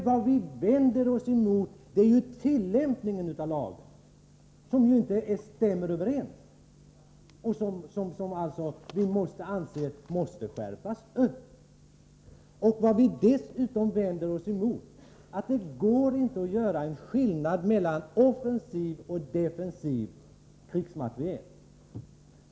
Vad vi vänder oss emot är tillämpningsföreskrifterna. Tillämpningsföreskrifterna stämmer inte överens med lagen, och därför anser vi att de måste in i lagen. Vi vänder oss dessutom emot att man gör skillnad mellan offensiv och defensiv krigsmateriel.